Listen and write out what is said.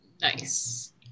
Nice